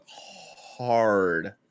hard